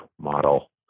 model